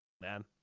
Man